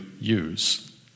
use